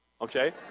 Okay